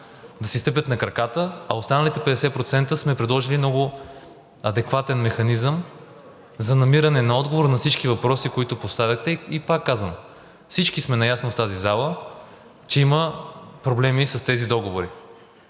да си стъпят на краката, а за останалите 50% сме предложили много адекватен механизъм за намиране на отговор на всички въпроси, които поставяте. Пак казвам, всички сме наясно в тази зала, че има проблеми с тези договори.